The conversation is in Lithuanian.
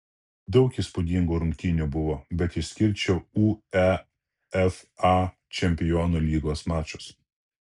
daug įspūdingų rungtynių buvo bet išskirčiau uefa čempionų lygos mačus